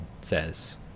says